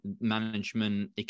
management